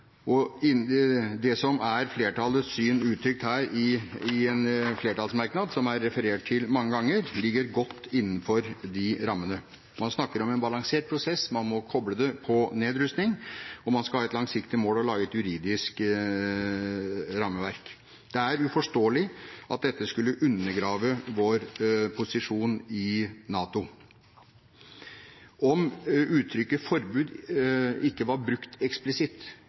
det. Det som er flertallets syn, uttrykt her i en flertallsmerknad, som er referert til mange ganger, ligger godt innenfor de rammene. Man snakker om en «balansert» prosess, man må koble det på nedrustning, og man skal ha «det langsiktige mål å lage et juridisk rammeverk». Det er uforståelig at dette skulle undergrave vår posisjon i NATO. Om uttrykket «forbud» ikke var brukt eksplisitt